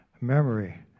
memory